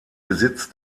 besitz